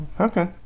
okay